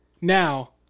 now